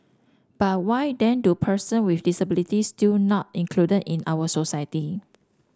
but why then do person with disabilities still not included in our society